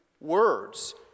words